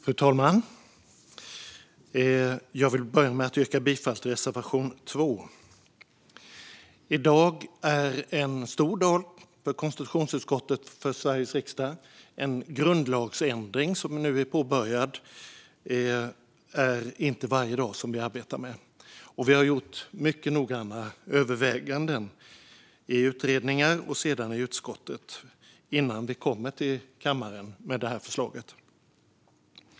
Fru talman! Jag vill börja med att yrka bifall till reservation 2. I dag är en stor dag för konstitutionsutskottet och för Sveriges riksdag. En grundlagsändring, som nu är påbörjad, är inte någonting som vi arbetar med varje dag, och vi har gjort noggranna överväganden i utredningar och sedan i utskottet innan vi kommer till kammaren med det här förslaget.